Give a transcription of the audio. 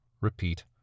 repeat